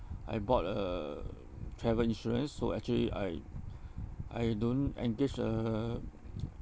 I bought a travel insurance so actually I I don't engage a